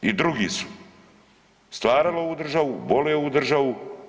I drugi su stvarali ovu državu, vole ovu državu.